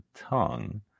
tongue